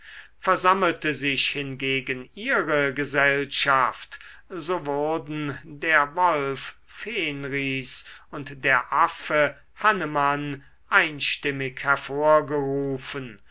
versammelte sich hingegen ihre gesellschaft so wurden der wolf fenris und der affe hannemann einstimmig hervorgerufen